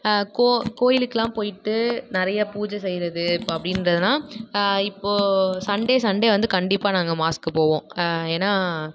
கோவிலுக்குல்லாம் போய்ட்டு நிறையா பூஜை செய்யுறது இப்போ அப்படின்றதுலாம் இப்போது சண்டே சண்டே வந்து கண்டிப்பாக நாங்கள் மாஸுக்கு போவோம் ஏன்னா